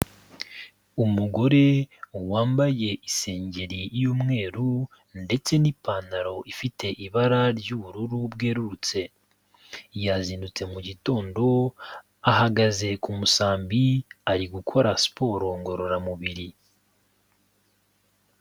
Umugore wambaye isengeri y'umweru, ndetse n'ipantaro ifite ibara ry'ubururu bwerurutse, yazindutse mu gitondo ahagaze ku musambi, ari gukora siporo ngororamubiri.